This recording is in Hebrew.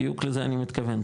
בדיוק לזה אני מתכוון,